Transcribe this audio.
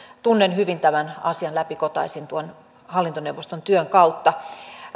tunnen hyvin tämän asian läpikotaisin tuon hallintoneuvoston työn kautta